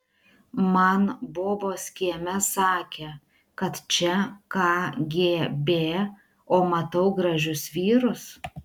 man bobos kieme sakė kad čia kgb o matau gražius vyrus